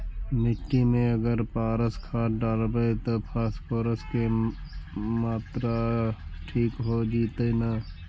मिट्टी में अगर पारस खाद डालबै त फास्फोरस के माऋआ ठिक हो जितै न?